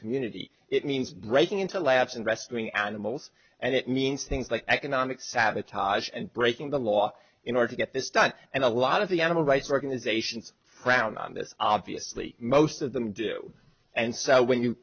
community it means breaking into labs and rescuing animals and it means things like economic sabotage and breaking the law in order to get this done and a lot of the animal rights organizations frown on this obviously most of them do and so when you